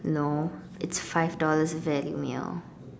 no it's five dollars value meal